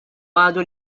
għadu